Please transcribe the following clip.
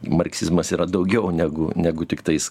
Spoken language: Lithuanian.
marksizmas yra daugiau negu negu tiktais